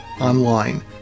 Online